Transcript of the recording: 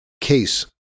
case